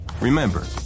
Remember